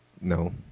no